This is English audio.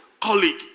colleague